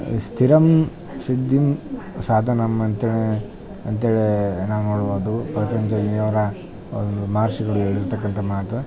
ಈ ಸ್ಥಿರಂ ಸಿದ್ಧಿಂ ಸಾಧನಂ ಅಂತೇಳಿ ಅಂತೇಳಿ ನಾವು ನೋಡ್ಬೌದು ಪತಂಜಲಿಯವರ ಮಹರ್ಷಿಗಳು ಹೇಳಿರತಕ್ಕಂಥ ಮಾತು